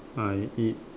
I eat